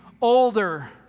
older